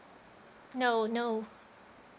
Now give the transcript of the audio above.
no no